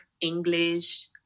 English